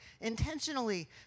intentionally